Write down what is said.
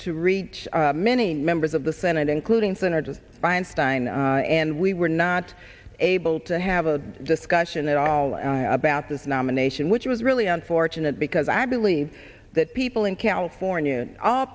to reach many members of the senate including senator feinstein and we were not able to have a discussion at all and i about this nomination which was really unfortunate because i believe that people in california